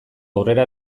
aurrera